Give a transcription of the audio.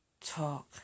talk